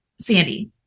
Sandy